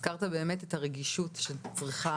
הזכרת באמת את הרגישות שצריכה